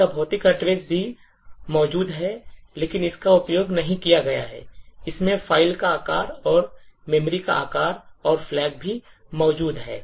इसका भौतिक address भी मौजूद हैं लेकिन इसका उपयोग नहीं किया गया है इसमें फ़ाइल का आकार और मेमोरी का आकार और flag भी मौजूद हैं